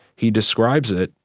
he describes it,